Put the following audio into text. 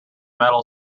metal